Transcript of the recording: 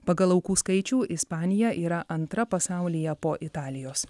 pagal aukų skaičių ispanija yra antra pasaulyje po italijos